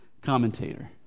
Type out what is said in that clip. commentator